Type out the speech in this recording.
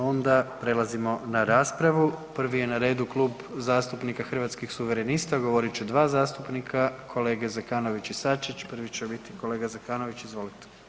Onda prelazimo na raspravu, prvi je na redu Klub zastupnika Hrvatskih suverenista, govorit će dva zastupnika, kolege Zekanović i Sačić, prvi će biti kolega Zekanović, izvolite.